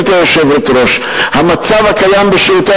גברתי היושבת-ראש: "המצב הקיים בשירותי